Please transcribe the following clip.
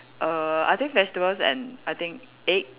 err I think vegetables and I think egg